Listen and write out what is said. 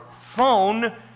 phone